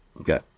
Okay